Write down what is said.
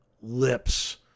lips